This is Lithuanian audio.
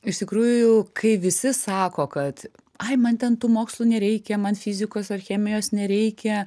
iš tikrųjų kai visi sako kad ai man ten tų mokslų nereikia man fizikos ar chemijos nereikia